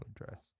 address